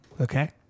Okay